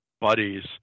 buddies